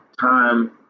time